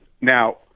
Now